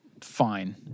fine